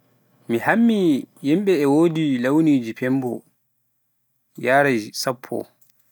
mi hammi launije fembo yarai sappo.